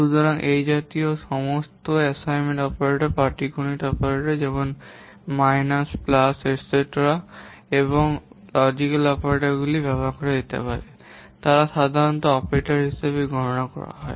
সুতরাং এই জাতীয় সমস্ত অ্যাসাইনমেন্ট অপারেটর পাটিগণিত অপারেটর যেমন প্লাস মাইনাস এটেটেরা এবং লজিকাল অপারেটরগুলি এগুলি ব্যবহার করা যেতে পারে তারা সাধারণত অপারেটর হিসাবে গণনা করা হয়